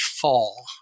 fall